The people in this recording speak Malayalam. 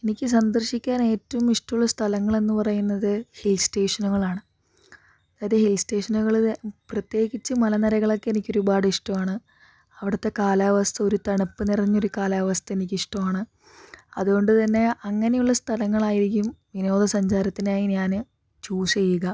എനിക്ക് സന്ദർശിക്കാൻ ഏറ്റവും ഇഷ്ടമുള്ള സ്ഥലങ്ങളെന്നു പറയുന്നത് ഹിൽ സ്റ്റേഷനുകളാണ് അതായത് ഹിൽ സ്റ്റേഷനുകളിൽ പ്രത്യേകിച്ച് മലനിരകളൊക്കെ എനിക്ക് ഒരുപാട് ഇഷ്ടമാണ് അവിടത്തെ കാലാവസ്ഥ ഒരു തണുപ്പു നിറഞ്ഞ ഒരു കാലാവസ്ഥ എനിക്ക് ഇഷ്ട്ടമാണ് അതുകൊണ്ടു തന്നെ അങ്ങനെയുള്ള സ്ഥലങ്ങളായിരിക്കും വിനോദ സഞ്ചാരത്തിനായി ഞാന് ചൂസെയ്യുക